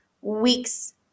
weeks